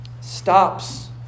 stops